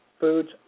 foods